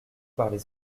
parlez